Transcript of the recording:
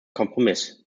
kompromiss